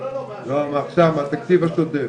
מהתקציב הקודם.